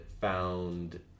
found